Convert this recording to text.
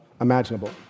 imaginable